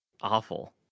awful